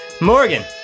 Morgan